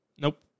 Nope